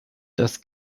das